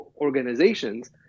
organizations